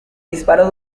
disparó